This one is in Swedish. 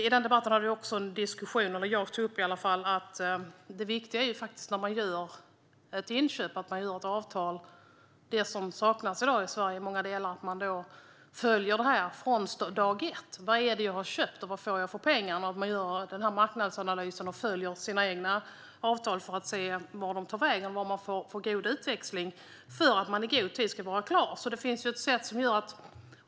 I den debatten tog jag upp att det viktiga när man gör ett inköp är att man gör ett avtal. Det som i många delar saknas i Sverige i dag är att man från dag ett följer upp vad det är man har köpt och vad man får för pengarna, att man gör den marknadsanalysen och följer sina egna avtal för att se vart de tar vägen och att man får god utväxling för att vara klar i god tid.